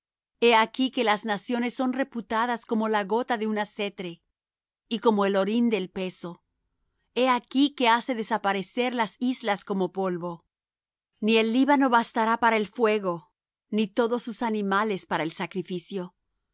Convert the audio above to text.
he aquí que las naciones son reputadas como la gota de un acetre y como el orín del peso he aquí que hace desaparecer las islas como polvo ni el líbano bastará para el fuego ni todos sus animales para el sacrificio